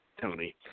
Tony